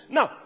Now